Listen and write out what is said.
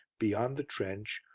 beyond the trench,